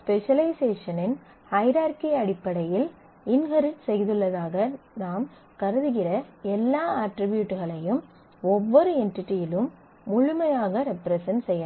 ஸ்பெசலைசேஷனின் hierarchy அடிப்படையில் inherit செய்துள்ளதாக நாம் கருதுகிற எல்லா அட்ரிபியூட்களையும் ஒவ்வொரு என்டிடியிலும் முழுமையாக ரெப்ரசன்ட் செய்யலாம்